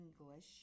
English